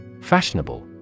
Fashionable